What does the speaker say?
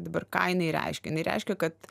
dabar ką jinai reiškia jinai reiškia kad